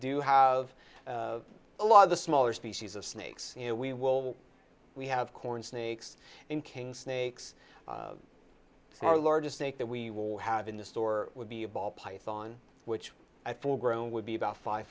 do have a lot of the smaller species of snakes you know we will we have corn snakes and king snakes so our largest snake that we will have in this store would be a ball python which i full grown would be about five